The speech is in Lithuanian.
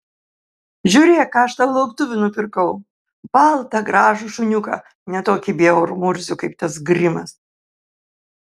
žiūrėk ką aš tau lauktuvių nupirkau baltą gražų šuniuką ne tokį bjaurų murzių kaip tas grimas